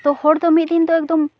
ᱛᱚ ᱦᱚᱲ ᱫᱚ ᱢᱤᱫ ᱫᱤᱱ ᱫᱚ ᱮᱠᱫᱚᱢ